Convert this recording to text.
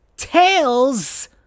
Tails